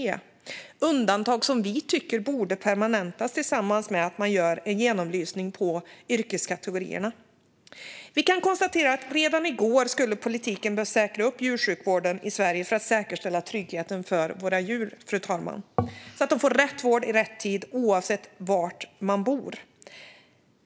Det är undantag som vi tycker borde permanentas, tillsammans med att man gör en genomlysning av yrkeskategorierna. Vi kan konstatera att politiken skulle ha behövt säkra djursjukvården i Sverige redan i går för att säkerställa tryggheten för våra djur, fru talman. Djuren ska få rätt vård i rätt tid oavsett var man bor.